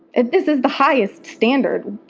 if this is the highest standard,